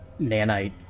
nanite